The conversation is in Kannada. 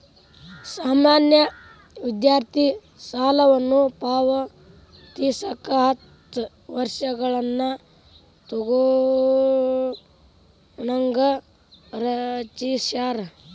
ಸಾಮಾನ್ಯ ವಿದ್ಯಾರ್ಥಿ ಸಾಲವನ್ನ ಪಾವತಿಸಕ ಹತ್ತ ವರ್ಷಗಳನ್ನ ತೊಗೋಣಂಗ ರಚಿಸ್ಯಾರ